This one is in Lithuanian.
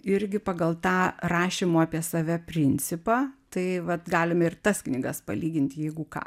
irgi pagal tą rašymo apie save principą tai vat galime ir tas knygas palyginti jeigu ką